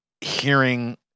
hearing